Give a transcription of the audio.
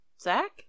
Zach